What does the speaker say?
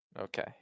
Okay